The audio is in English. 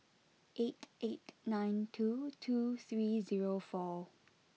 eight eight nine two two three zero four